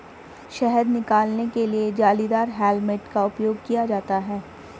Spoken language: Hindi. शहद निकालने के लिए जालीदार हेलमेट का उपयोग किया जाता है